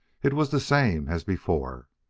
it was the same as before.